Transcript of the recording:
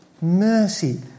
mercy